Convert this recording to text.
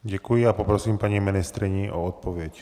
Děkuji a poprosím paní ministryni o odpověď.